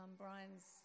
Brian's